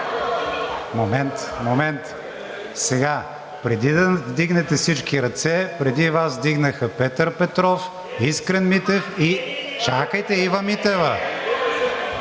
Момент, момент. Сега, преди да вдигнете всички ръце, преди Вас вдигнаха Петър Петров, Искрен Митев и Ива Митева.